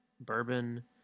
bourbon